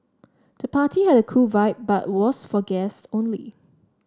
the party had a cool vibe but was for guests only